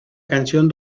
canción